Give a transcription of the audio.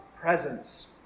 presence